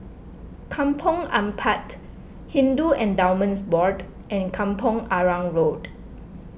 Kampong Ampat Hindu Endowments Board and Kampong Arang Road